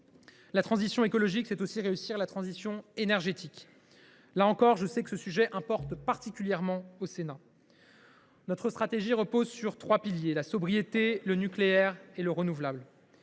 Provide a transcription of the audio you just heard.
La transition écologique, c’est aussi réussir la transition énergétique. Je sais que ce sujet, lui aussi, importe particulièrement au Sénat. Notre stratégie repose sur trois piliers : la sobriété, le nucléaire et le renouvelable.